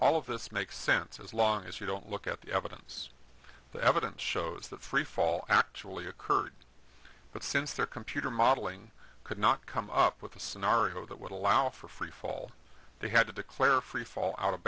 all of this makes sense as long as you don't look at the evidence the evidence shows that freefall actually occurred but since their computer modeling could not come up with a scenario that would allow for free fall they had to declare free fall out of